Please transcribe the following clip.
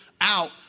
out